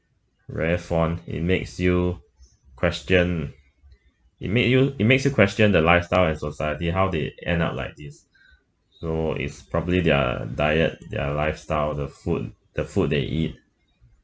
very fond it makes you question it make you it makes you question their lifestyles in society how they end up like this so it's properly their diet their lifestyle the food the food they eat